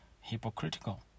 hypocritical